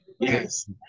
Yes